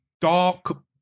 dark